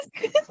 Good